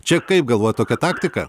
čia kaip galvojat tokia taktika